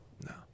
no